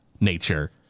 nature